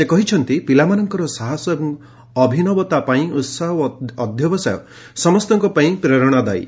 ସେ କହିଛନ୍ତି ପିଲାମାନଙ୍କର ସାହସ ଏବଂ ଅଭିନବତା ପାଇଁ ଉତ୍ସାହ ଓ ଅଧ୍ୟବସାୟ ସମସ୍ତଙ୍କ ପାଇଁ ପ୍ରେରଣାଦାୟୀ